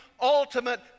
ultimate